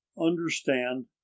understand